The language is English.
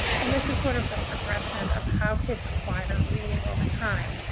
and this is sort of the progression of how kids acquire reading over time.